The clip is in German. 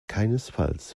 keinesfalls